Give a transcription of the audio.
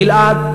"גלעד",